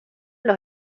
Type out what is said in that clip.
los